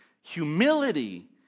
humility